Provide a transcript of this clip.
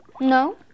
No